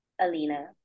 Alina